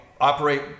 operate